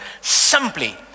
simply